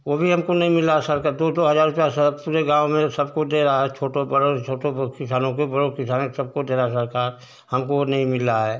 वो भी हमको नहीं मिल रहा सर दो दो हजार रुपया सर पूरे गाँव में सबको दे रहा है छोटो बड़ो छोटो किसानों को बड़ो किसानों को सबको दे रहा सरकार हमको नहीं मिल रहा है